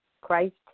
Christ